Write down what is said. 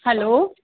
hello